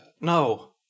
No